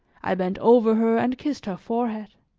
i bent over her and kissed her forehead.